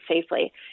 safely